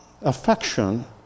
affection